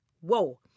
Whoa